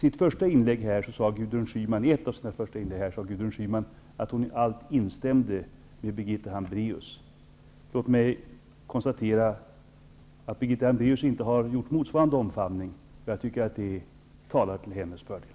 Gudrun Schyman sade i ett av hennes första inlägg att hon i allt väsentligt instämde med Birgitta Hambraeus. Låt mig konstatera att Birgitta Hambraeus inte har gjort motsvarande omfamning. Jag tycker att det talar till hennes fördel.